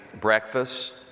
breakfast